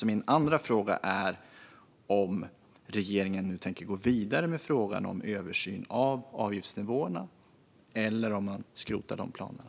Min andra fråga är om regeringen nu tänker gå vidare med frågan om en översyn av avgiftsnivåerna eller om man skrotar de planerna.